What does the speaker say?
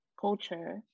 culture